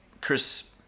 Chris